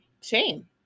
shame